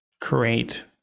create